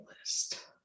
list